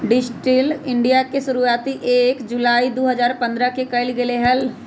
digital India के शुरुआती एक जुलाई दु हजार पन्द्रह के कइल गैले हलय